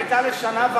יפה,